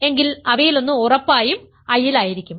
എങ്കിൽ അവയിലൊന്ന് ഉറപ്പായും I ലായിരിക്കും